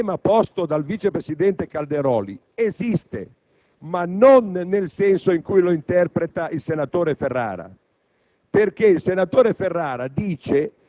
sostenendo che il problema posto dal vice presidente Calderoli esiste, ma non nel senso in cui lo interpreta il senatore Ferrara,